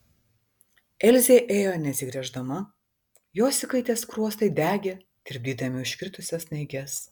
elzė ėjo neatsigręždama jos įkaitę skruostai degė tirpdydami užkritusias snaiges